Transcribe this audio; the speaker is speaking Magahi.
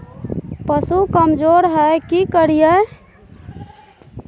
पशु कमज़ोर है कि करिये?